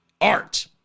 Art